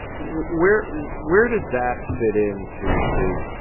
where where does that fit in to the